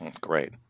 Great